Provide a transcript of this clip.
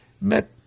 Met